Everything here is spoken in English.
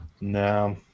No